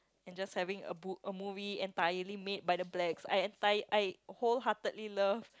and just having a book a movie entirely made by the blacks I entire I wholeheartedly love